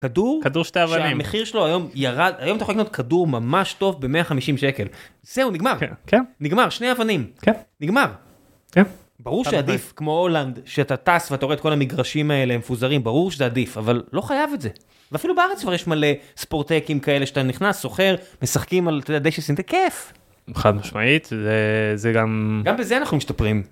כדור כדור שתי אבנים מחיר שלו היום ירד היום תוכל לקנות כדור ממש טוב ב 150 שקל זהו נגמר נגמר שני אבנים נגמר. ברור שעדיף כמו הולנד שאתה טס ואתה רואה את כל המגרשים האלה מפוזרים ברור שזה עדיף אבל לא חייב את זה. אפילו בארץ יש מלא ספורטקים כאלה שאתה נכנס שוכר משחקים על דשא כזה זה כיף. חד משמעית זה זה גם בזה אנחנו משתפרים.